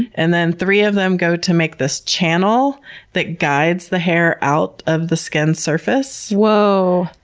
and then three of them go to make this channel that guides the hair out of the skin surface. whoa!